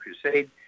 Crusade